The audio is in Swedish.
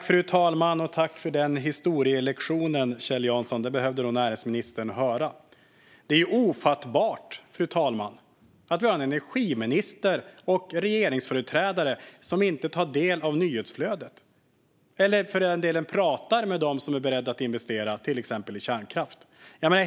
Fru talman! Tack för den historielektionen, Kjell Jansson! Den behövde nog energiministern höra. Det är ofattbart, fru talman, att vi har en energiminister och regeringsföreträdare som inte tar del av nyhetsflödet eller, för den delen, pratar med dem som är beredda att investera i till exempel kärnkraft.